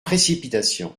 précipitation